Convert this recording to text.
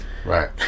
Right